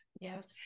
Yes